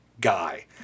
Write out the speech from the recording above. guy